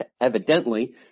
evidently